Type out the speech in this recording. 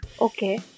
Okay